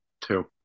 Two